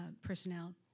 personnel